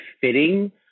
fitting